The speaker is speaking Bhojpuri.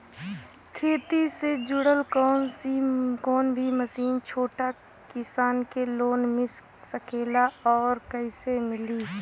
खेती से जुड़ल कौन भी मशीन छोटा किसान के लोन मिल सकेला और कइसे मिली?